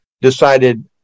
decided